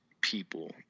people